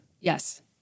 Yes